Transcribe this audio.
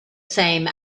same